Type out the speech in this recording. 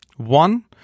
One